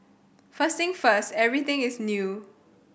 first thing first everything is new